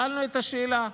שאלנו את השאלה: